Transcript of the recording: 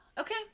Okay